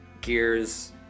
gears